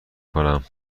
کنم